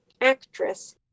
actress